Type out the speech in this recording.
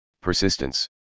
persistence